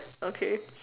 okay